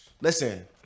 listen